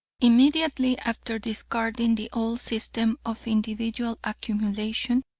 immediately after discarding the old system of individual accumulation,